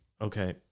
Okay